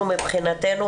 אנחנו מבחינתנו,